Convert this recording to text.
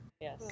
Yes